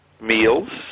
meals